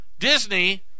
Disney